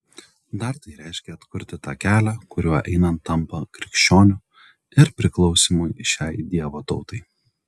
dar tai reiškia atkurti tą kelią kuriuo einant tampa krikščioniu ir priklausymui šiai dievo tautai